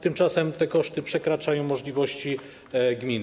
Tymczasem te koszty przekraczają możliwości gmin.